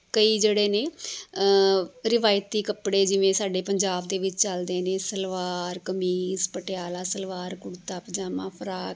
ਕਈ ਜਿਹੜੇ ਨੇ ਰਿਵਾਇਤੀ ਕੱਪੜੇ ਜਿਵੇਂ ਸਾਡੇ ਪੰਜਾਬ ਦੇ ਵਿੱਚ ਚਲਦੇ ਨੇ ਸਲਵਾਰ ਕਮੀਜ਼ ਪਟਿਆਲਾ ਸਲਵਾਰ ਕੁੜਤਾ ਪਜਾਮਾ ਫਰਾਕ